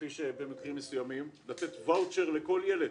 במקרים מסוימים אף לתת וואוצ'ר לכל ילד